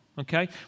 Okay